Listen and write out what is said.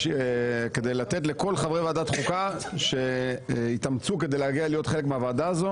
כדי לתת לכל חברי ועדת החוקה שהתאמצו להגיע ולהיות חלק מהוועדה הזו,